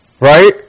Right